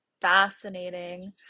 fascinating